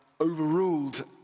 overruled